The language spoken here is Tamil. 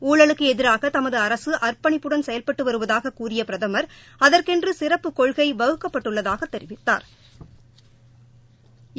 ஊழலுக்கு எதிராக தமது அரசு அர்ப்பணிப்புடன் செயல்பட்டு வருவதாகக் கூறிய பிரதமர் அதற்கென்று சிறப்புக் கொள்கை வகுக்கப்பட்டுள்ளதாகத் தெரிவித்தாா்